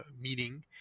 meeting